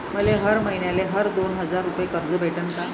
मले हर मईन्याले हर दोन हजार रुपये कर्ज भेटन का?